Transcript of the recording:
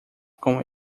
com